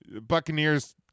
Buccaneers